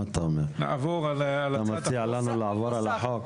אתה מציע לנו לעבור על החוק?